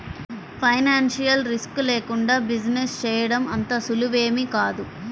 financial risk లేకుండా business చేయడం అంత సులువేమీ కాదు